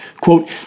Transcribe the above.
quote